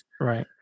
Right